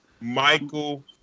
Michael